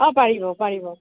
অঁ পাৰিব পাৰিব